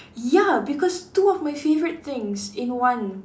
ya because two of my favourite things in one